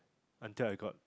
until I got